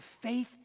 faith